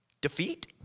defeat